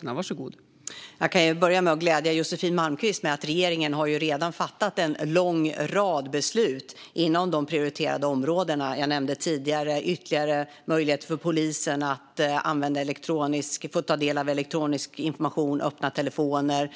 Fru talman! Jag kan börja med att glädja Josefin Malmqvist med att regeringen redan har fattat en lång rad beslut inom de prioriterade områdena. Jag nämnde tidigare ytterligare möjligheter för polisen att ta del av elektronisk information och öppna telefoner.